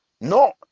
No